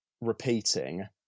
repeating